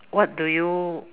what do you